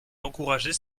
d’encourager